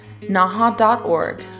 Naha.org